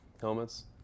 helmets